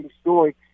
story